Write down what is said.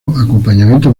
acompañamiento